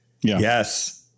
Yes